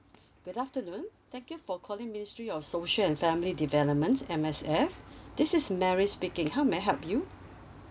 good afternoon thank you for calling ministry of social and family developments M_S_F this is mary speaking how may I help you